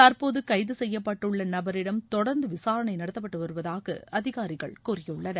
தற்போது கைது செய்யப்பட்டுள்ள நபரிடம் தொடர்ந்து விசாரணை நடத்தப்பட்டு வருதாக அதிகாரிகள் கூறிபுள்ளனர்